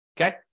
okay